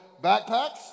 backpacks